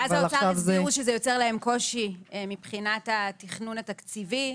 ואז האוצר הסבירו שזה יוצר להם קושי מבחינת התכנון התקציבי.